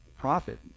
profit